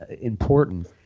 important